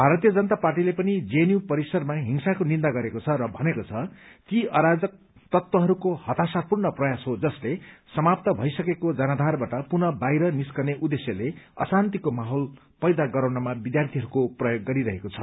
भारतीय जनता पार्टीले पनि जेएनयू परिसरमा हिंसाको निन्दा गरेको छ र भनेको छ ती अराजक तत्वहरूको हताशापूर्ण प्रयास हो जसले समाप्त भइसकेको जनाधारबाट पुनः बाहिर निस्कने उद्देश्यले अशान्तिको माहौल पैदा गराउनमा विद्यार्थीहरूको प्रयोग गरिरहेको छ